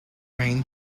rain